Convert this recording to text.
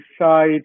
decide